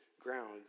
ground